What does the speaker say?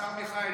השר מיכאל,